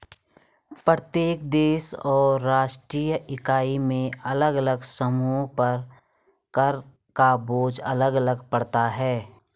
प्रत्येक देश और उपराष्ट्रीय इकाई में अलग अलग समूहों पर कर का बोझ अलग अलग पड़ता है